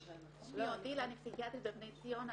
אני פסיכיאטרית בבני ציון,